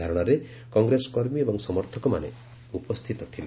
ଧାରଶାରେ କଂଗ୍ରେସ କର୍ମୀ ଏବଂ ସମର୍ଥକମାନେ ଉପସ୍ତିତ ଥିଲେ